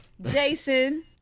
Jason